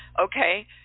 Okay